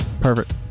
perfect